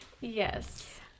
Yes